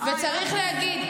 וצריך להגיד,